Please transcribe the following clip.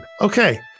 Okay